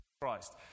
Christ